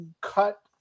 cut